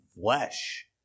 flesh